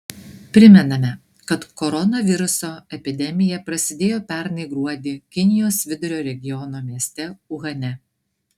primename kad koronaviruso epidemija prasidėjo pernai gruodį kinijos vidurio regiono mieste uhane